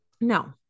No